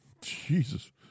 Jesus